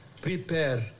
prepare